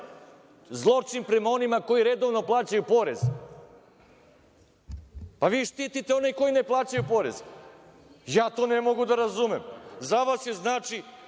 Zločin prema onima koji redovno plaćaju porez. Vi štitite one koji ne plaćaju porez. Ja to ne mogu da razumem. Za vas je, znači